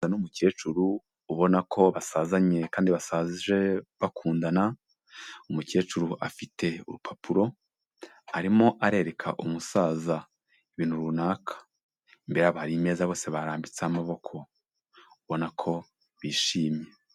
Umusaza n'umukecuru ubona ko basazanye kandi basaje bakundana, umukecuru afite urupapuro arimo arereka umusaza ibintu runaka, imbere yabo hari imeza bose barambitseho amaboko ubona ko bishimye.